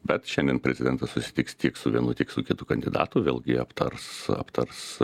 bet šiandien prezidentas susitiks tiek su vienu tiek su kitu kandidatu vėlgi aptars aptars